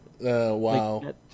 Wow